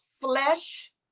flesh